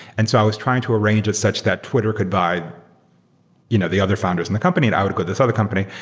and so i was trying to arrange with such that twitter could buy you know the other founders in the company and i would go to this other company.